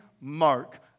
mark